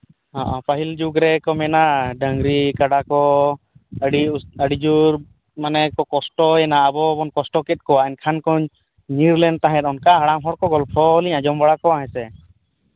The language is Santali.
ᱦᱮᱸ ᱯᱟᱹᱦᱤᱞ ᱡᱩᱜᱽ ᱨᱮᱠᱚ ᱢᱮᱱᱟ ᱰᱟᱹᱝᱨᱤ ᱠᱟᱰᱟ ᱠᱚ ᱟᱹᱰᱤ ᱟᱹᱰᱤ ᱡᱳᱨ ᱢᱟᱱᱮ ᱠᱚ ᱠᱚᱥᱴᱚᱭᱮᱱᱟ ᱟᱵᱚ ᱵᱚᱱ ᱠᱚᱥᱴ ᱠᱮᱫ ᱠᱚᱣᱟ ᱮᱱᱠᱷᱟᱱ ᱠᱚ ᱧᱤᱨ ᱞᱮᱱ ᱛᱟᱦᱮᱸ ᱚᱱᱠᱟ ᱦᱟᱲᱟᱢ ᱦᱚᱲ ᱠᱚ ᱜᱚᱞᱯᱚᱞᱤᱧ ᱟᱸᱡᱚᱢ ᱵᱟᱲᱟ ᱠᱚᱣᱟ ᱦᱮᱸ ᱥᱮ